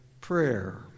prayer